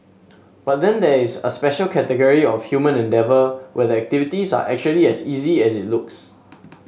but then there is a special category of human endeavour where the activities are actually as easy as it looks